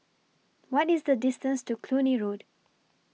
What IS The distance to Cluny Road